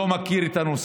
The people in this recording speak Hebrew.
אני לא מכיר את הנושא,